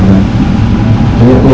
banyak merah